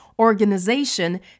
organization